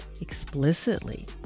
explicitly